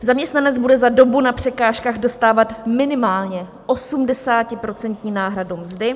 Zaměstnanec bude za dobu na překážkách dostávat minimálně 80procentní náhradu mzdy.